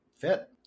fit